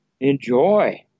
enjoy